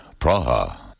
Praha